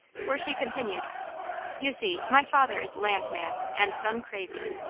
for she continued you see my father is land mad, and son crazy.